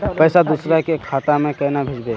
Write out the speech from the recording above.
पैसा दूसरे के खाता में केना भेजबे?